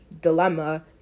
dilemma